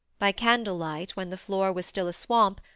by candle-light, when the floor was still a swamp,